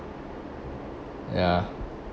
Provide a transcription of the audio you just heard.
ya